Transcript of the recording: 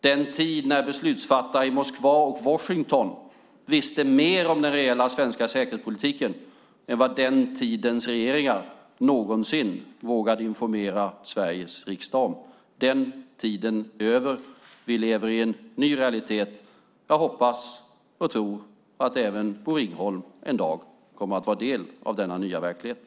Det var en tid när beslutsfattare i Moskva och Washington visste mer om den reella svenska säkerhetspolitiken än vad den tidens regeringar någonsin vågade informera Sveriges riksdag om. Den tiden är över. Vi lever i en ny realitet. Jag hoppas och tror att även Bosse Ringholm en dag kommer att vara en del av denna nya verklighet.